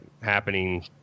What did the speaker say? happening